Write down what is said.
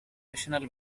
rational